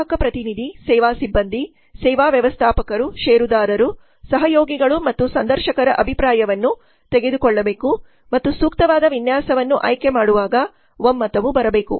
ಗ್ರಾಹಕ ಪ್ರತಿನಿಧಿ ಸೇವಾ ಸಿಬ್ಬಂದಿ ಸೇವಾ ವ್ಯವಸ್ಥಾಪಕರು ಷೇರುದಾರರು ಸಹಯೋಗಿಗಳು ಮತ್ತು ಸಂದರ್ಶಕರ ಅಭಿಪ್ರಾಯವನ್ನು ತೆಗೆದುಕೊಳ್ಳಬೇಕು ಮತ್ತು ಸೂಕ್ತವಾದ ವಿನ್ಯಾಸವನ್ನು ಆಯ್ಕೆಮಾಡುವಾಗ ಒಮ್ಮತವು ಬರಬೇಕು